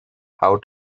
how